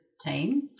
team